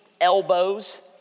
elbows